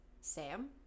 Sam